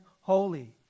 holy